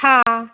हा